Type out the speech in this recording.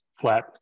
flat